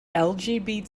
lgbt